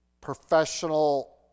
professional